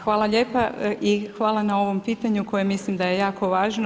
Hvala lijepa i hvala na ovom pitanju koje mislim da je jako važno.